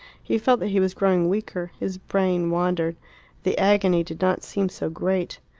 he felt that he was growing weaker his brain wandered the agony did not seem so great.